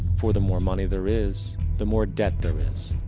for the more money there is the more debt there is.